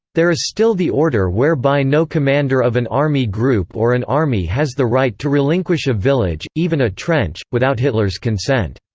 there is still the order whereby no commander of an army group or an army has the right to relinquish a village, even a trench, without hitler's consent.